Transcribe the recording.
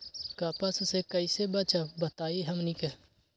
कपस से कईसे बचब बताई हमनी के?